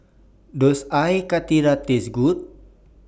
Does Air Karthira Taste Good